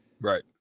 Right